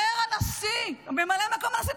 אומר ממלא מקום הנשיא,